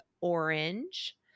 orange